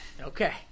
Okay